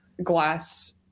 glass